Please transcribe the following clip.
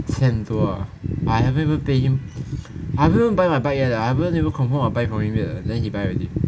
钱很多 I haven't even pay him I haven't even buy my bike yet ah I haven't even confirm my bike from him yet ah then he buy already